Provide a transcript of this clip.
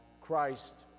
Christ